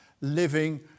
living